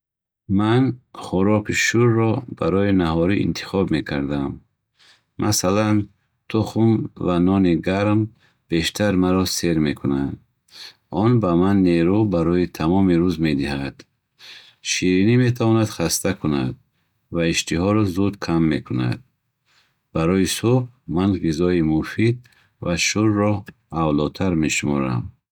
Ман хӯроки шӯрро барои наҳорӣ интихоб мекардам. Масалан, тухм ва нони гарм бештар маро сер мекунад. Он ба ман нерӯ барои тамоми рӯз медиҳад. Ширинӣ метавонад хаста кунад ва иштиҳоро зуд кам кунад. Барои субҳ, ман ғизои муфид ва шӯрро авлотар мешуморам.